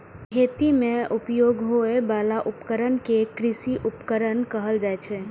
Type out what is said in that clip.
खेती मे उपयोग होइ बला उपकरण कें कृषि उपकरण कहल जाइ छै